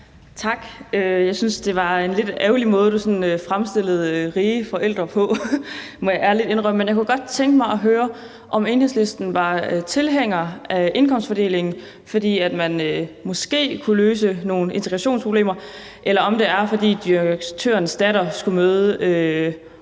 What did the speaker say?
Tak. Jeg synes, det var en lidt ærgerlig måde, du sådan fremstillede rige forældre på. Det må jeg ærligt indrømme. Men jeg kunne godt tænke mig at høre, om Enhedslisten var tilhængere af indkomstfordelingen, fordi man måske kunne løse nogle integrationsproblemer, eller om det var, fordi direktørens datter skulle møde